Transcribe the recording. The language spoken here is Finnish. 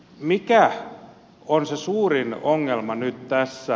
mikä on se suurin ongelma nyt tässä